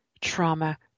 trauma